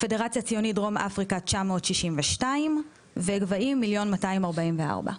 פדרציה ציונית דרום אפריקה 962 אלף ו'גבהים' 1.244 מיליון.